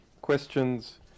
questions